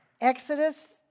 Exodus